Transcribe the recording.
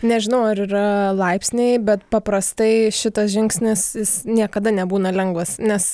nežinau ar yra laipsniai bet paprastai šitas žingsnis jis niekada nebūna lengvas nes